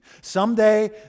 Someday